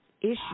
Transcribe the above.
issue